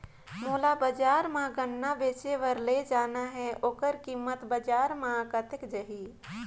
मोला बजार मां गन्ना बेचे बार ले जाना हे ओकर कीमत बजार मां कतेक जाही?